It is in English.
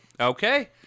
okay